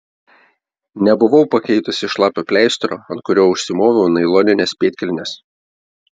nebuvau pakeitusi šlapio pleistro ant kurio užsimoviau nailonines pėdkelnes